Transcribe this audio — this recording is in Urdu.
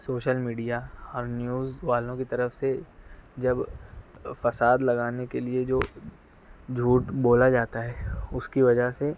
سوشل میڈیا اور نیوز والوں کی طرف سے جب فساد لگانے کے لیے جو جھوٹ بولا جاتا ہے اس کی وجہ سے